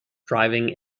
driving